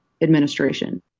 administration